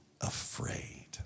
afraid